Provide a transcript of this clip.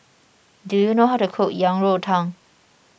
Do you know how to cook Yang Rou Tang